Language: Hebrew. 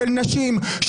של נשים,